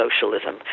socialism